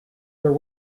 there